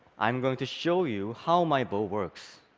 i am going to show you how my bow works.